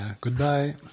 Goodbye